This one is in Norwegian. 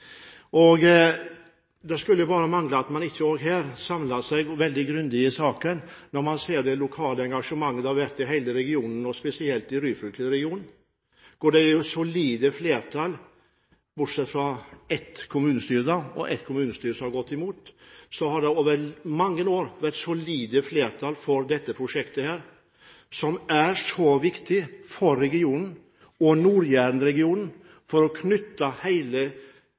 seg. Det skulle bare mangle at man ikke her samler seg grundig om saken, når man ser det lokale engasjementet i hele regionen, spesielt i Ryfylke-regionen. Det har vært solide flertall, bortsett fra ett kommunestyre som har gått imot, over mange år for dette prosjektet, som er så viktig for regionen Nord-Jæren, for å knytte